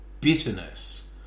bitterness